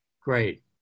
Great